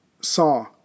saw